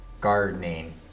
Gardening